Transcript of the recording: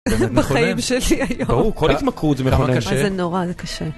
בחיים שלי היום. ברור, כל התמכרות זה מלחמה קשה. איזה נורא זה קשה.